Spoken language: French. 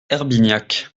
herbignac